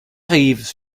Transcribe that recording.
yves